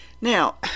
Now